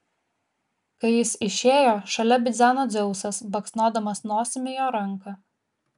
kai jis išėjo šalia bidzeno dzeusas baksnodamas nosimi jo ranką